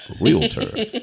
realtor